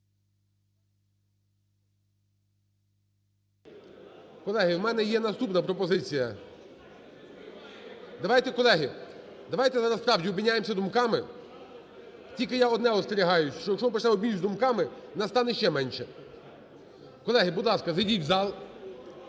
Колеги, у мене є наступна пропозиція. Давайте… Колеги, давайте, насправді, обміняємося думками. Тільки я одне остерігаюся, що, якщо почнемо обмінюватися думками, нас стане ще менше. Колеги, будь ласка, зайдіть в зал,